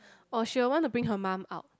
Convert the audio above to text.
or she will want to bring her mum out